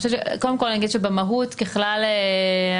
במהות, ככלל,